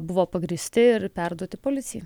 buvo pagrįsti ir perduoti policijai